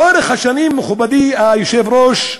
לאורך השנים, מכובדי היושב-ראש,